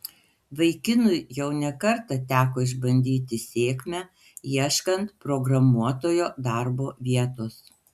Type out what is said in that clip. vaikinui jau ne kartą teko išbandyti sėkmę ieškant programuotojo darbo vietos